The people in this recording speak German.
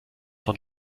von